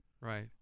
right